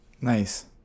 Nice